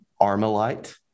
Armalite